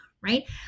Right